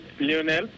Lionel